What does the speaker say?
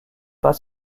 pas